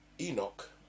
Enoch